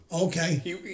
Okay